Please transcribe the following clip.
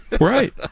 Right